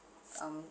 um